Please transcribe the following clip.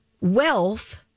wealth